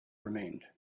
remained